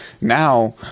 Now